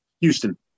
Houston